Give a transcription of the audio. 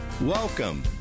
Welcome